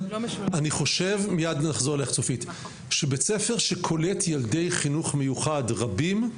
אני חושב שבית ספר שקולט ילדי חינוך מיוחד רבים,